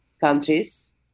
countries